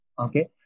Okay